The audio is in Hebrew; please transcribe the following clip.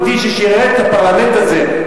יהודי ששירת את הפרלמנט הזה,